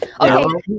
Okay